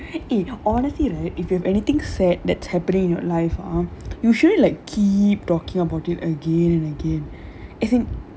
sorry eh honestly right if you have anything sad that's happening in your life ah usually like keep talking about it again and again